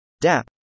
DAP